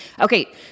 Okay